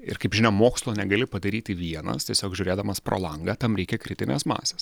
ir kaip žinia mokslo negali padaryti vienas tiesiog žiūrėdamas pro langą tam reikia kritinės masės